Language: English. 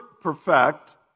perfect